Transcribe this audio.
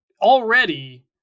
already